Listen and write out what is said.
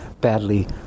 badly